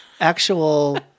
actual